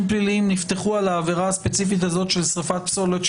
פליליים נפתחו על העבירה הספציפית הזאת של שריפת פסולת,